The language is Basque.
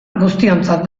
guztiontzat